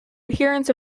adherents